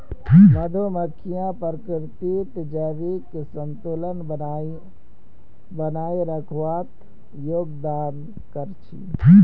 मधुमक्खियां प्रकृतित जैविक संतुलन बनइ रखवात योगदान कर छि